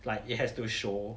like it has to show